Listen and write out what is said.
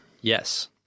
Yes